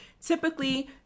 Typically